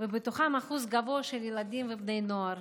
ובתוכם אחוז גבוה של ילדים ובני נוער.